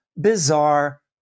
bizarre